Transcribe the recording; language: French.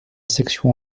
section